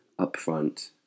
upfront